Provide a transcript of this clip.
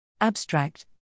Abstract